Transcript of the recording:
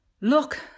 Look